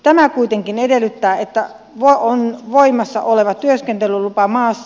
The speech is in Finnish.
tämä kuitenkin edellyttää että on voimassa oleva työskentelylupa maassa